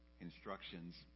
instructions